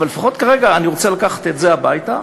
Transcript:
אבל לפחות כרגע אני רוצה לקחת את זה הביתה,